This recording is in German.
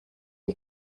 die